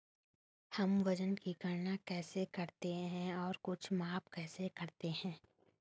हम वजन की गणना कैसे करते हैं और कुछ माप कैसे करते हैं?